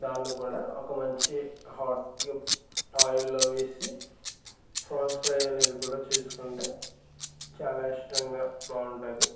దాన్ని కూడా ఒక మంచి హాట్ ఆయిల్లో వేసి ఫ్రాన్స్ ఫ్రై అనేది కూడా చేసుకుంటే చాలా ఇష్టంగా బాగుంటుంది